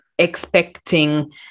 expecting